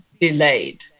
delayed